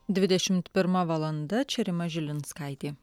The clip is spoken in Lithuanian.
dvidešimt pirma valanda čia rima žilinskaitė